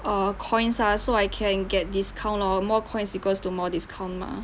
err coins lah so I can get discount or more coins equals to more discount mah